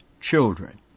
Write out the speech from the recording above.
children